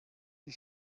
die